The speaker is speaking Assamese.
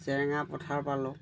জেৰেঙা পথাৰ পালোঁ